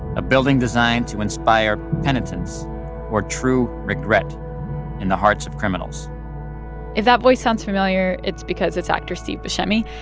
a building designed to inspire penitence or true regret in the hearts of criminals if that voice sounds familiar, it's because it's actor steve buscemi.